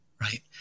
right